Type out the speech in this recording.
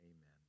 Amen